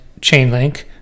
Chainlink